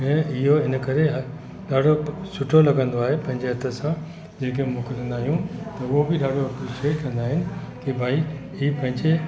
ऐं इहो हिन करे ॾाढो सुठो लॻंदो आहे पंहिंजे हथ सां जंहिंखे मोकिलींदा आहियूं त उहो बि ॾाढो अपरिशेट कंदा आहिनि कि भई ही पंहिंजे